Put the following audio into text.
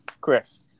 Chris